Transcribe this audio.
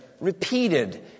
repeated